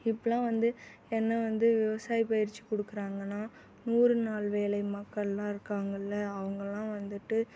இப்பெல்லாம் வந்து என்ன வந்து விவசாய பயிற்சி கொடுக்குறாங்கன்னா நூறு நாள் வேலை மக்கள்லாம் இருக்காங்கள்ல அவங்கல்லாம் வந்துட்டு